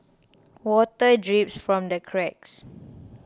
water drips from the cracks